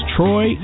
Troy